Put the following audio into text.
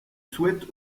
souhaite